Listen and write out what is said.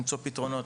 למצוא פתרונות,